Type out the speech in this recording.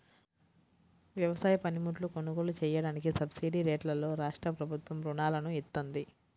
వ్యవసాయ పనిముట్లు కొనుగోలు చెయ్యడానికి సబ్సిడీరేట్లలో రాష్ట్రప్రభుత్వం రుణాలను ఇత్తంది